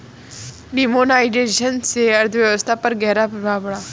demonetisation से अर्थव्यवस्था पर ग़हरा प्रभाव पड़ा